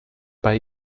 bei